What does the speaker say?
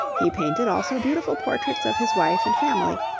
he painted also beautiful portraits of his wife and family,